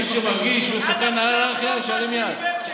מי שמרגיש שהוא סוכן אנרכיה, שירים יד.